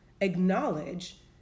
acknowledge